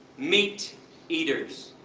meat eaters.